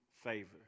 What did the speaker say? favor